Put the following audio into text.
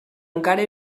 encara